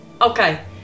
Okay